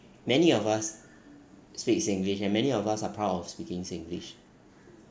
many of us speak singlish and many of us are proud of speaking singlish